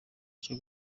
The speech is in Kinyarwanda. cyo